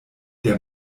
der